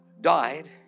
died